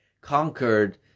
conquered